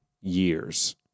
years